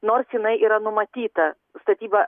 nors jinai yra numatyta statyba